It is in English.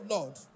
Lord